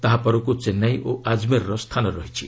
ତାହା ପରକୁ ଚେନ୍ନାଇ ଓ ଆକ୍ମେର୍ର ସ୍ଥାନ ରହିଛି